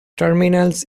terminals